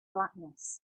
blackness